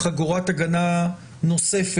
לחגורת הגנה נוספת